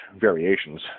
variations